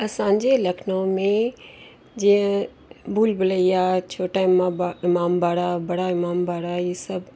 असांजे लखनऊ में जीअं भुलभुलैया छोटा इमाम ईमामबाड़ा बड़ा ईमामबाड़ा ई सभु